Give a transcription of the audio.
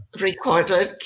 recorded